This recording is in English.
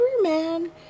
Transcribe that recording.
man